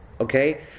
Okay